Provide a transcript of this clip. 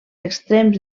extrems